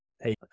Hey